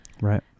Right